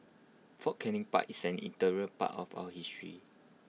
fort Canning park is an integral part of our history